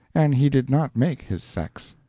and he did not make his sex.